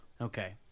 Okay